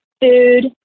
food